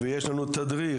ויש לנו תדריך,